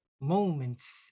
moments